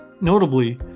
Notably